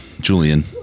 Julian